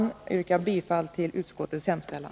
Jag yrkar bifall till utskottets hemställan.